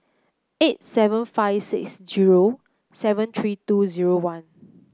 eight seven five six zero seven three two zero one